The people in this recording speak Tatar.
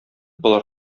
болар